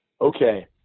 okay